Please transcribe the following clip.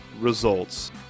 results